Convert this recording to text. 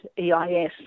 EIS